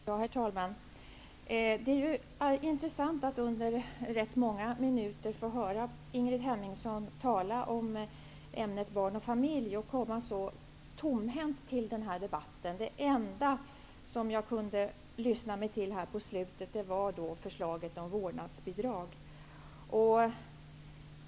Herr talman! Det var intressant att under rätt många minuter få höra Ingrid Hemmingsson tala om ämnet barn och familj och komma så tomhänt till den här debatten. Det enda som jag kunde lyssna mig till i slutet av hennes anförande var förslaget om vårdnadsbidrag.